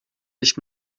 nicht